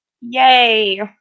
Yay